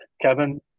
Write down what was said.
Kevin